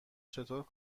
چطور